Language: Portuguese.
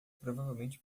provavelmente